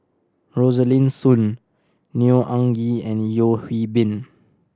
Rosaline Soon Neo Anngee and Yeo Hwee Bin